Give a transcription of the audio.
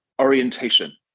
orientation